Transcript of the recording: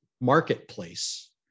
marketplace